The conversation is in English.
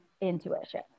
intuition